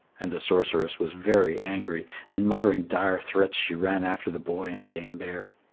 and the sorceress was very angry, and muttering dire threats she ran after the boy and dame bear.